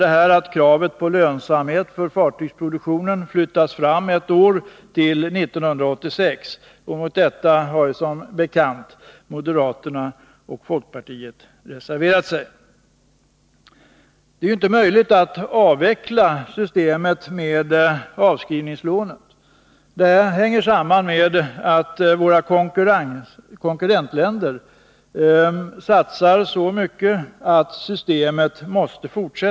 Samtidigt flyttas kravet på lönsamhet i fartygsproduktionen fram ett år till 1986. Mot detta har som bekant moderaterna och folkpartiet reserverat sig. Det är inte möjligt att helt avveckla systemet med avskrivningslån. De stora satsningarna i våra konkurrentländer gör att systemet måste behållas.